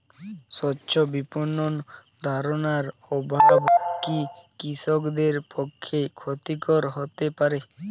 স্বচ্ছ বিপণন ধারণার অভাব কি কৃষকদের পক্ষে ক্ষতিকর হতে পারে?